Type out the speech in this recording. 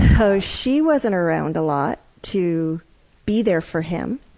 ah so she wasn't around a lot to be there for him.